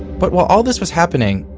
but while all this was happening,